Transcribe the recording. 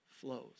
flows